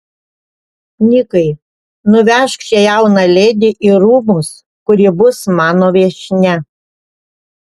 nikai nuvežk šią jauną ledi į rūmus kur ji bus mano viešnia